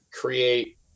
create